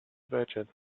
vegan